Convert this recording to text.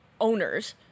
owners